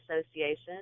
association